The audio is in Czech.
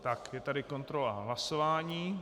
Tak, je tady kontrola hlasování.